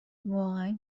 واقعا